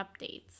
updates